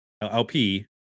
LP